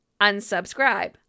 Unsubscribe